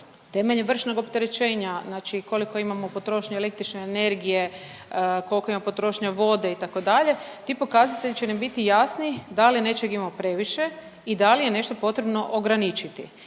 Temeljem vršnog opterećenja znači koliko imamo potrošnje električne energije, koliko ima potrošnje vode itd. ti pokazatelji će nam biti jasni da li nečega ima previše i da li je nešto potrebno ograničiti.